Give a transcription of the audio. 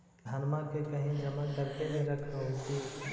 धनमा के कहिं जमा कर के भी रख हू की?